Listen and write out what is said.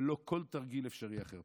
ולא כל תרגיל אפשרי אחר.